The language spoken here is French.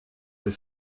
les